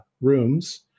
rooms